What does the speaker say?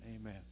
Amen